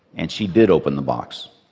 and she did open the box.